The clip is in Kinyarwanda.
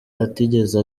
atigeze